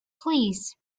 please